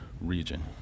region